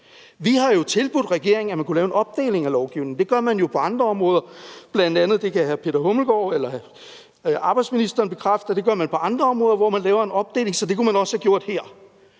Vi har tilbudt regeringen, at man kunne lave en opdeling af forslaget. Det gør man jo på andre områder – det kan hr. Peter Hummelgaard, arbejdsministeren, bekræfte – hvor man laver en opdeling, så det kunne man også have gjort her.